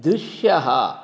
दृश्यः